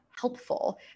helpful